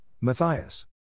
Matthias